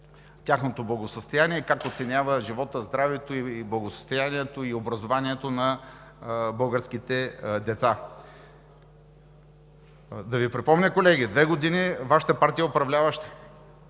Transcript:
тяхното благосъстояние, и как оценява живота, здравето, благосъстоянието и образованието на българските деца. Да Ви припомня, колеги, две години Вашата партия е управляваща.